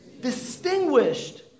Distinguished